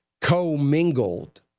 co-mingled